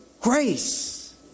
grace